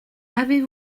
avez